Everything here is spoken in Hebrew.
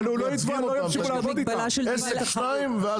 עסק, שניים.